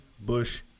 Bush